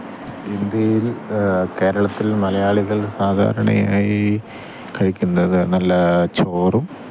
ഇന്ത്യയില് കേരളത്തില് മലയാളികള് സാധാരണയായി കഴിക്കുന്നത് നല്ല ചോറും